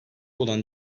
olan